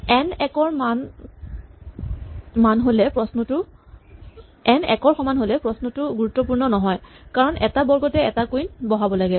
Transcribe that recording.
N একৰ সমান হ'লে প্ৰশ্নটো গুৰুত্বপূৰ্ণ নহয় কাৰণ এটা বৰ্গতে এটা কুইন বহাব লাগে